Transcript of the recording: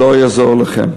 לא יעזור לכם.